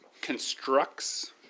Constructs